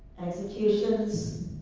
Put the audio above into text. executions,